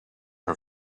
her